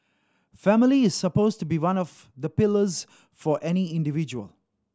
family is supposed to be one of the pillars for any individual